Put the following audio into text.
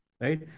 right